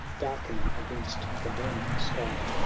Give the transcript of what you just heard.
darkening against the morning sky!